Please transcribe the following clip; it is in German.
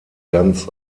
ganz